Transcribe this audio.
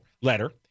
Letter